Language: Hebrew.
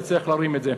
תצליח להרים את זה.